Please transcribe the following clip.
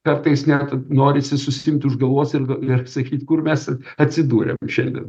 kartais net norisi susiimt už galvos ir g ir sakyt kur mes atsidūrėm šiandien